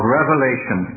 Revelation